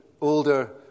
older